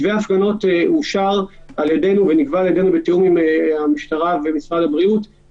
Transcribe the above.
מצד שני, נקבע במפורש שהוועדה הרלוונטית בכנסת